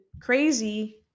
crazy